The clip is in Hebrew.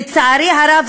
לצערי הרב,